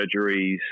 surgeries